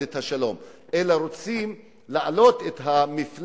את השלום אלא רוצים להעלות את מפלס